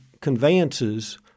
conveyances